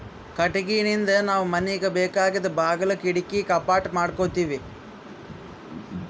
ಕಟ್ಟಿಗಿನಿಂದ್ ನಾವ್ ಮನಿಗ್ ಬೇಕಾದ್ ಬಾಗುಲ್ ಕಿಡಕಿ ಕಪಾಟ್ ಮಾಡಕೋತೀವಿ